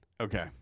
Okay